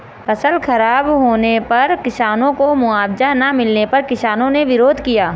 फसल खराब होने पर किसानों को मुआवजा ना मिलने पर किसानों ने विरोध किया